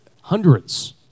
hundreds